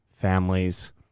families